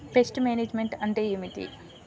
Pest management అంటే ఏమిటి?